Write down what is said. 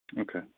Okay